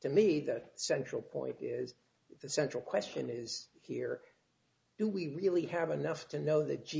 to me the central point is the central question is here do we really haven't enough to know that